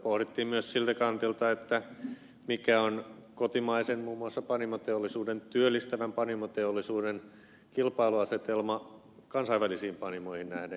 pohdittiin myös siltä kantilta mikä on muun muassa kotimaisen työllistävän panimoteollisuuden kilpailuasetelma kansainvälisiin panimoihin nähden